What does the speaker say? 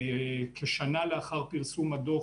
כשנה לאחר פרסום הדוח,